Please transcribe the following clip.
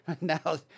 Now